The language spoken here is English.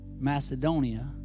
Macedonia